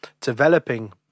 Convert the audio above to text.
developing